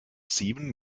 sieben